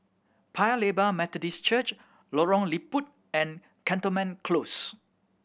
Paya Lebar Methodist Church Lorong Liput and Cantonment Close